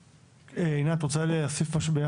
עינת, את רוצה להוסיף משהו?